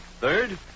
Third